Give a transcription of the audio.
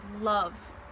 love